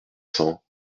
cents